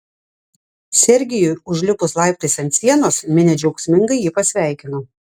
sergijui užlipus laiptais ant sienos minia džiaugsmingai jį pasveikino